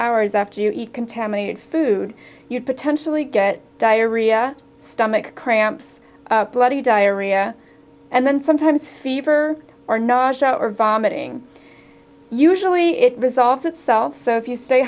hours after you eat contaminated food you potentially get diarrhea stomach cramps bloody diarrhea and then sometimes fever are no vomiting usually it resolves itself so if you stay